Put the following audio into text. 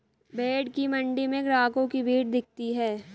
भेंड़ की मण्डी में ग्राहकों की भीड़ दिखती है